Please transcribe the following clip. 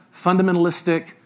fundamentalistic